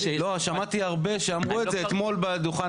שמעתי הרבה שאמרו את זה אתמול מעל דוכן